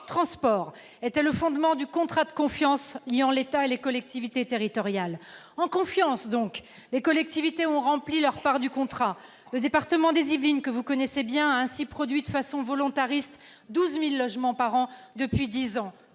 était le fondement du contrat de confiance liant l'État et les collectivités territoriales. En confiance donc, les collectivités ont rempli leur part du contrat. Le département des Yvelines, que vous connaissez bien a ainsi produit de façon volontariste 12 000 logements par an depuis dix ans.